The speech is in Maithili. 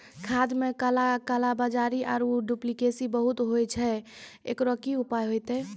खाद मे काला कालाबाजारी आरु डुप्लीकेसी बहुत होय छैय, एकरो की उपाय होते?